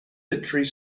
literary